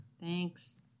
Thanks